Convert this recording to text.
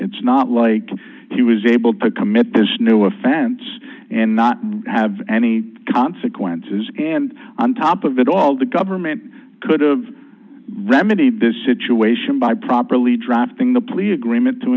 it's not like he was able to commit this new offense and not have any consequences and on top of it all the government could've remedy this situation by properly drafting the plea agreement to